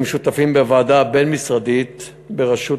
הם שותפים בוועדה הבין-משרדית בראשות